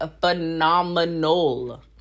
phenomenal